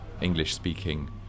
English-speaking